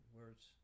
words